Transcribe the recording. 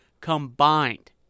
combined